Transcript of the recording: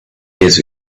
years